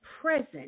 present